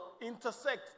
intersect